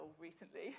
recently